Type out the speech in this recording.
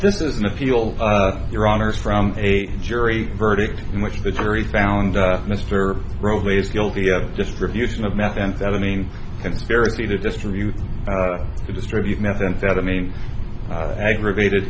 this is an appeal your honour's from a jury verdict in which the jury found mr roadways guilty of distribution of methamphetamine conspiracy to distribute to distribute methamphetamine aggravated